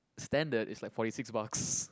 standard is like forty six bucks